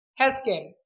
healthcare